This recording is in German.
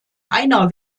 einer